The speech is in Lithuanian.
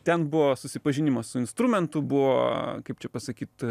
ten buvo susipažinimas su instrumentu buvo kaip čia pasakyt